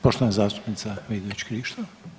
Poštovana zastupnica Vidović Krišto.